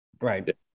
right